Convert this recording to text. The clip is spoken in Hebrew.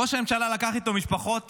ראש הממשלה לקח איתו משפחות